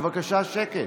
בבקשה, שקט.